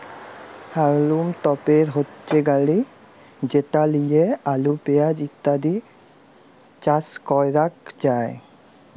হাউলম তপের হচ্যে গাড়ি যেট লিয়ে আলু, পেঁয়াজ ইত্যাদি চাস ক্যরাক যায়